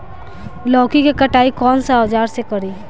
लौकी के कटाई कौन सा औजार से करी?